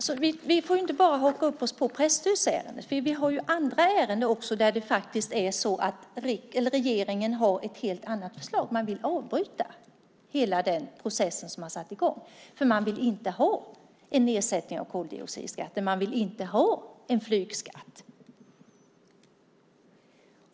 Fru talman! Vi får inte bara haka upp oss på presstödsärendet. Vi har ju andra ärenden också där regeringen har ett helt annat förslag. Man vill avbryta hela den process som har satts i gång för man vill inte ha en ersättning av koldioxidskatten och vill inte ha en flygskatt.